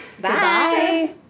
Bye